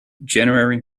january